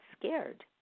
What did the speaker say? scared